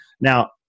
Now